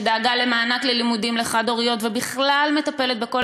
שדאגה למענק ללימודים לחד-הוריות ובכלל מטפלת בכל